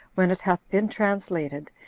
when it hath been translated,